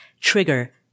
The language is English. trigger